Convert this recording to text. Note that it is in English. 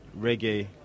reggae